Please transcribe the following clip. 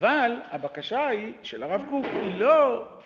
אבל הבקשה היא של הרב קורקול, לא...